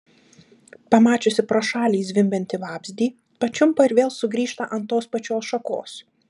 pamačiusi pro šalį zvimbiantį vabzdį pačiumpa ir vėl sugrįžta ant tos pačios šakos